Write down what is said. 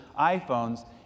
iPhones